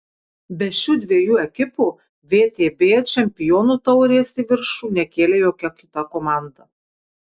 be šių dviejų ekipų vtb čempionų taurės į viršų nekėlė jokia kita komanda